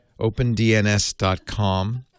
OpenDNS.com